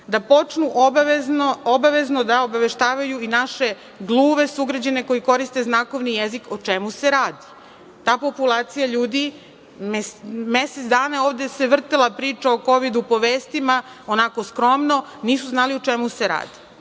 da počnu obavezno da obaveštavaju i naše gluve sugrađane, koji koriste znakovni jezik, o čemu se radi. Ta populacija ljudi, mesec dana ovde se vrtela priča o Kovidu po vestima, onako, skromno, nisu znali o čemu se radi.